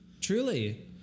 Truly